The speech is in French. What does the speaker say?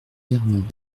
vernon